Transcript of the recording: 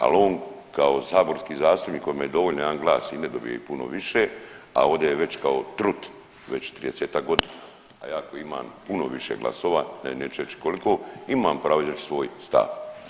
Ali on kao saborski zastupnik kojem je dovoljan 1 glas i ne dobije ih puno više, a ovdje je već kao trut već 30-ak godina, a ja koji imam puno više glasova, neću reći koliko imam pravo izreći svoj stav.